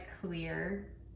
clear